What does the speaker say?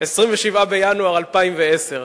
ב-27 בינואר 2010,